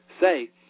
say